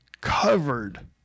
covered